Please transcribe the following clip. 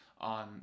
on